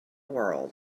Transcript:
world